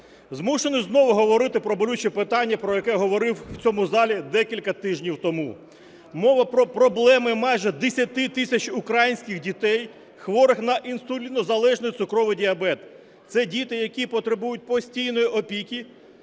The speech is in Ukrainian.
Змушений знову говорити про болюче питання, про яке говорив у цьому залі декілька тижнів тому. Мова про проблеми майже 10 тисяч українських дітей, хворих на інсулінозалежний цукровий діабет. Це діти, які потребують постійної опіки